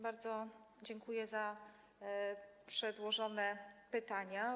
Bardzo dziękuję za przedłożone pytania.